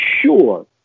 sure